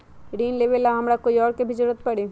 ऋन लेबेला हमरा कोई और के भी जरूरत परी?